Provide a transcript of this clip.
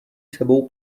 sebou